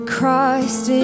Christ